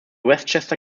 westchester